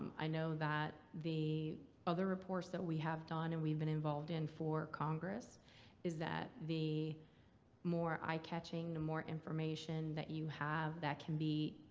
i know that the other reports that we have done and we've been involved in for congress is that the more eye-catching, the more information that you have that can be,